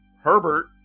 herbert